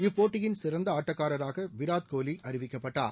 இப்போட்டியின் சிறந்த ஆட்டக்காரராக விராட்கோலி அறிவிக்கப்பட்டார்